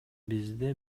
бизде